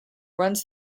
runs